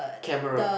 camera